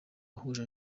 wahuje